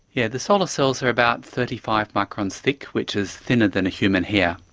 yeah the solar cells are about thirty five microns thick, which is thinner than a human hair,